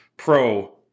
pro